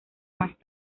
más